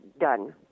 done